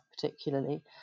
particularly